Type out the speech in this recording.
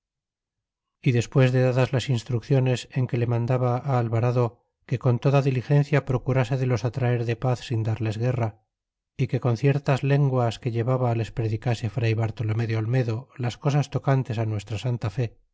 y despues de dadas las instrucciones en que le mandaba alvarado que con toda diligencia procurase de los atraer de paz sin darles guerra é que con ciertas lenguas que llevaba les predicase fray bartolomé de olmedo las cosas tocantes nuestra santa fe